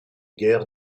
guerres